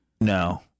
No